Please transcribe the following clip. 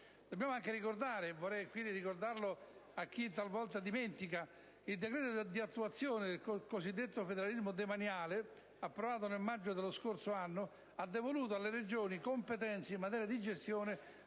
Dobbiamo anche ricordare, a favore di chi talvolta lo dimentica, che il decreto di attuazione del cosiddetto federalismo demaniale, approvato nel maggio dello scorso anno, ha devoluto alle Regioni competenze in materia di gestione